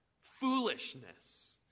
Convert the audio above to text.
foolishness